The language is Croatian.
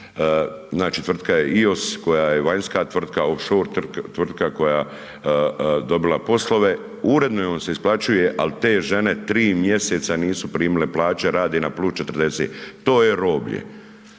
znači tvrtka je IOS koja je vanjska tvrtka, outscore tvrtka koja je dobila poslove uredno joj se isplaćuje, al te žene tri mjeseca nisu primile plaće, rade na +40, to je roblje.